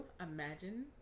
imagine